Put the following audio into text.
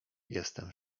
jestem